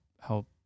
help